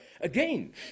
again